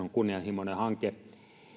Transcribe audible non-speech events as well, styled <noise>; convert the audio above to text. <unintelligible> on kunnianhimoinen hanke